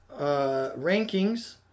rankings